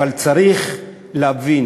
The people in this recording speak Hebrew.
אבל צריך להבין